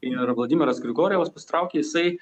ir vladimiras grigorjevas pasitraukė jisai